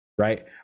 right